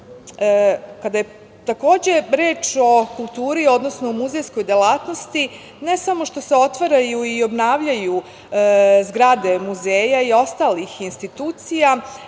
zahvalne. Kada je reč o kulturi, odnosno muzejskoj delatnosti, ne samo što se otvaraju i obnavljaju zgrade muzeja i ostalih institucija,